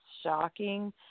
shocking